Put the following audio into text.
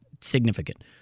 significant